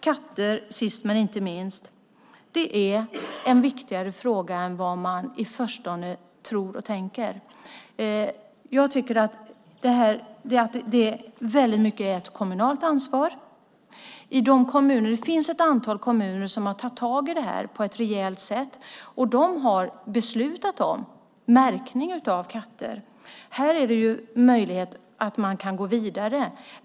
Katter, sist men inte minst, är en viktigare fråga än vad man i förstone tror och tänker. Jag tycker att det väldigt mycket är ett kommunalt ansvar. Det finns ett antal kommuner som har tagit tag i det här på ett rejält sätt, och de har beslutat om märkning av katter. Här finns det möjlighet att gå vidare.